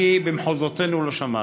אני, במחוזותינו, לא שמעתי.